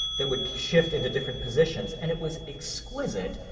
that would shift into different positions. and it was exquisite,